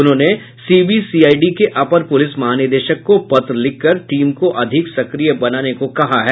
उन्होंने सीबीसीआईडी के अपर पुलिस महानिदेशक को पत्र लिखकर टीम को अधिक सक्रिय बनाने को कहा है